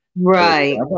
Right